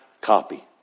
copy